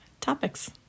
topics